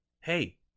hey